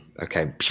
Okay